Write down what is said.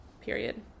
period